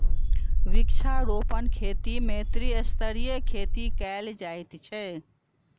वृक्षारोपण खेती मे त्रिस्तरीय खेती कयल जाइत छै